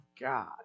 God